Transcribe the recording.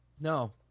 No